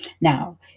now